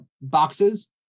boxes